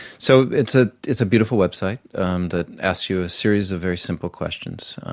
so it's ah it's a beautiful website um that asks you a series of very simple questions.